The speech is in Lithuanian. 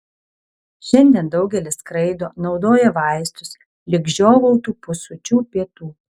šiandien daugelis skraido naudoja vaistus lyg žiovautų po sočių pietų